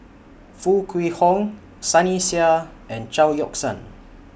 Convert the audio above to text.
Foo Kwee Horng Sunny Sia and Chao Yoke San